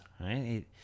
right